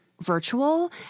virtual